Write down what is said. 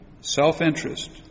self-interest